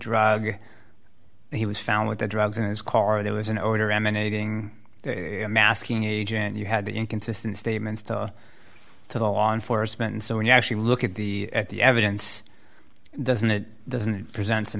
drug he was found with the drugs in his car there was an odor emanating masking agent you had the inconsistent statements to the law enforcement and so when you actually look at the at the evidence doesn't it doesn't present